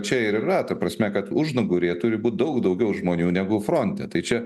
čia ir yra ta prasme kad užnugaryje turi būt daug daugiau žmonių negu fronte tai čia